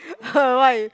uh why